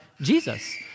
Jesus